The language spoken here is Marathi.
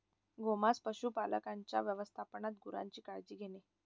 गोमांस पशुपालकांच्या व्यवस्थापनात गुरांची काळजी घेणे